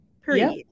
Period